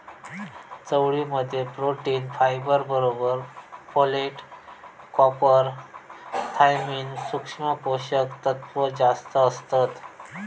चवळी मध्ये protein, fibre बरोबर फोलेट, कॉपर, थायमिन, सुक्ष्म पोषक तत्त्व जास्तं असतत